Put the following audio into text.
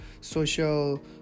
social